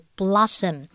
blossom